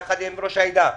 יחד עם ראש העדה,